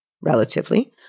relatively